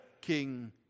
king